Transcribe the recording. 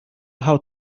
how